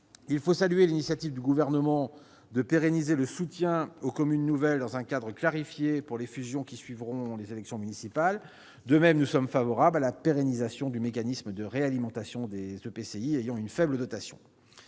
Il faut saluer l'initiative du Gouvernement de pérenniser le soutien aux communes nouvelles dans un cadre clarifié pour les fusions qui suivront les élections municipales. De même, nous sommes favorables à la pérennisation du mécanisme de réalimentation des EPCI ayant une faible dotation.